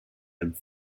and